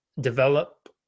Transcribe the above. develop